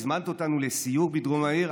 הזמנת אותנו לסיור בדרום העיר.